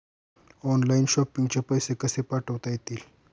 Online shopping चे पैसे कसे पाठवता येतील?